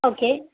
okay